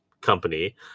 company